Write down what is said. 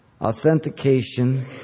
authentication